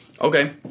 Okay